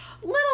Little